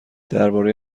درباره